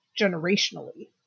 generationally